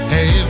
Hey